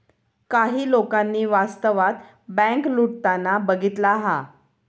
काही लोकांनी वास्तवात बँक लुटताना बघितला हा